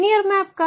linear map का